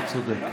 אתה צודק.